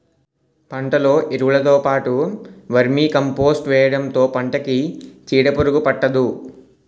పంటలో ఎరువులుతో పాటు వర్మీకంపోస్ట్ వేయడంతో పంటకి చీడపురుగు పట్టదు